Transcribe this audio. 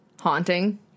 haunting